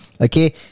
okay